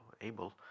able